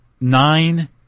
nine